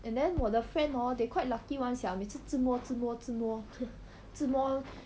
and then 我的 friend hor they quite lucky [one] sia 每次自摸自摸自摸自摸